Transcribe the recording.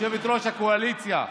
יושבת-ראש הקואליציה.